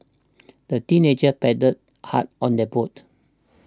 the teenagers paddled hard on their boat